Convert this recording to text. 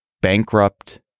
bankrupt